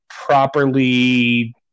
properly